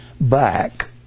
back